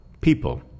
people